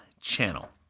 channel